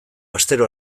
astero